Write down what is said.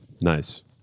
Nice